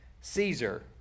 Caesar